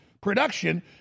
production